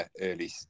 early